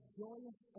joyous